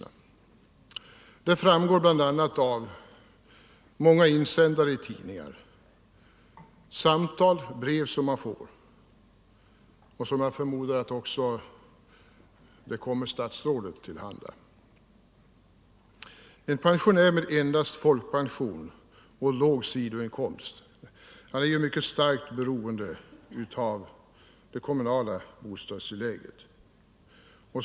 Det framgår = bostadstilläggen bl.a. av många insändare i tidningar och av telefonsamtal och brev som jag har fått — jag förmodar att även statsrådet har fått sådana. En pensionär med endast folkpension och låg sidoinkomst är mycket starkt beroende av det kommunala bostadstillägget.